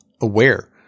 aware